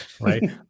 Right